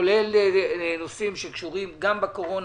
כולל נושאים שקשורים גם בקורונה